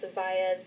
via